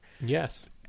Yes